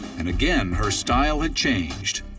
and again, her style had changed.